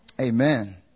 Amen